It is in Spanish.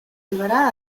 llevará